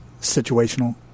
situational